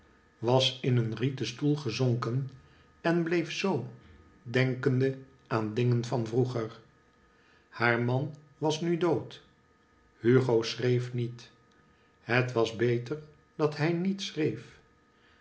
was in een rieten stoel gezonken en bleef zoo denkende aan dingen van vroeger haar man was nu dood hugo schreef niet het was beter dat hij niet schreef